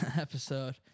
episode